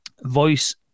voice